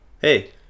Hey